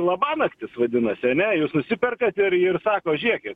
labanaktis vadinasi ane jūs nusiperkate ir ir sako žėkit